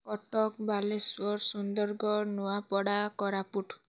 Cuttack Balasore Sundargarh Nuapada Koraput